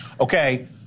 Okay